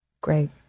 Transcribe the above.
great